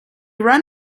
run